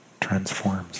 transforms